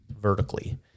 vertically